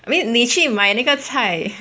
I mean 你去买那个菜